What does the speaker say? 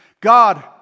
God